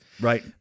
Right